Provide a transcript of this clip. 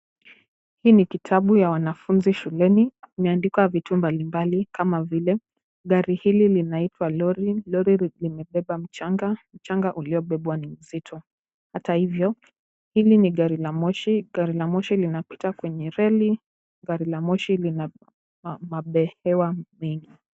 Hiki ni kitabu cha wanafunzi shuleni. Kimeandikwa vitu mbalimbali kama vile gari hili linaitwa lori. Lori limebeba mchanga. Mchanga uliobebwa ni mzito. Hata hivyo, hili ni gari la moshi. Gari la moshi linapita kwenye reli. Gari la moshi lina ma mabehewa mengi.